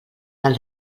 del